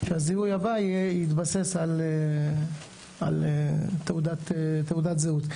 יתבסס על תעודת זהות,